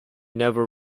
never